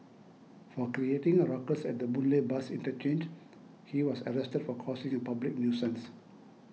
for creating a ruckus at the Boon Lay bus interchange he was arrested for causing a public nuisance